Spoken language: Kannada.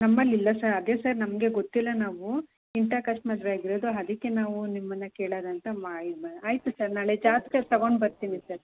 ನಮ್ಮಲ್ಲಿ ಇಲ್ಲ ಸರ್ ಅದೇ ಸರ್ ನಮಗೆ ಗೊತ್ತಿಲ್ಲ ನಾವು ಇಂಟರ್ ಕಾಸ್ಟ್ ಮದುವೆ ಆಗಿರೋದು ಅದಿಕ್ಕೆ ನಾವು ನಿಮ್ಮನ್ನು ಕೇಳೋದಂತ ಮಾ ಇದು ಮಾ ಆಯಿತು ಸರ್ ನಾಳೆ ಜಾತಕ ತಗೊಂಡು ಬರ್ತೀನಿ ಸರ್